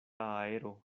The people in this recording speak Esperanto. aero